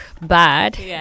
bad